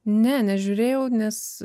ne nežiūrėjau nes